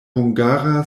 hungara